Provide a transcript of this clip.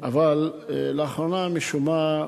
אבל לאחרונה אני שומע,